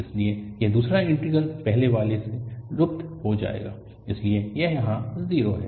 इसलिए यह दूसरा इंटीग्रल पहले वाले में लुप्त हो जाएगा इसलिए यह यहाँ 0 है